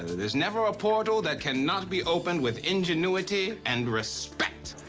there's never a portal that cannot be opened with ingenuity and respect.